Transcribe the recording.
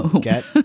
Get